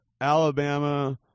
Alabama